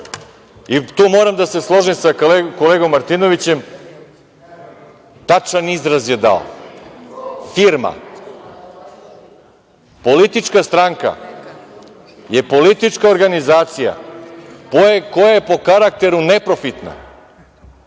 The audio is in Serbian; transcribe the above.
Tu moram da se složim sa kolegom Martinovićem, tačan izraz je dao. Firma. Politička stranka je politička organizacija, koja je po karakteru neprofitna